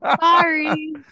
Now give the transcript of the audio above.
Sorry